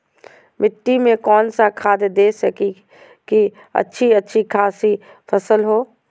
मिट्टी में कौन सा खाद दे की अच्छी अच्छी खासी फसल हो?